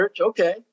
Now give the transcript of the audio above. Okay